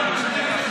נגד,